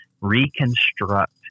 reconstruct